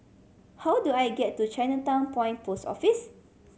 how do I get to Chinatown Point Post Office